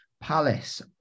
Palace